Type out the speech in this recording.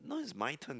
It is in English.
now it's my turn